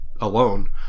alone